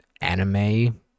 anime